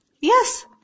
Yes